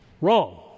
Wrong